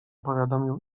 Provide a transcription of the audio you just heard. powiadomił